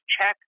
check